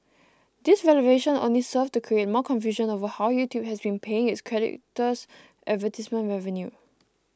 this revelation only served to create more confusion over how YouTube has been paying its creators advertisement revenue